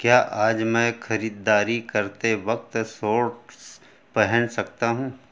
क्या आज मैं ख़रीदारी करते वक़्त सोर्ट्स पहन सकता हूँ